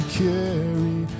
carry